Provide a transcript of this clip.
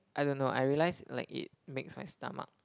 I don't know I realise like it makes my stomach